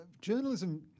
journalism